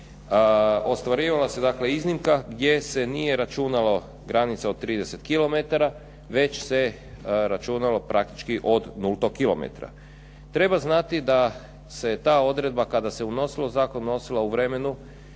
ostvarivala se dakle iznimka gdje se nije računalo granica od 30 km već se računalo praktički od nultog km. Treba znati da se ta odredba kada se unosilo u zakon unosila u